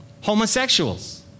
homosexuals